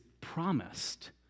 promised